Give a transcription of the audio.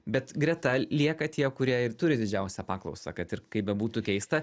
bet greta lieka tie kurie ir turi didžiausią paklausą kad ir kaip bebūtų keista